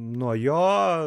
nuo jo